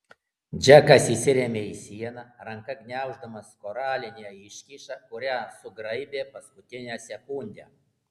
džekas įsirėmė į sieną ranka gniauždamas koralinę iškyšą kurią sugraibė paskutinę sekundę